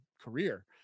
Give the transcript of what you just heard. career